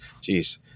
Jeez